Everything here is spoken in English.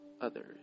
others